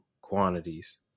quantities